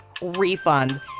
refund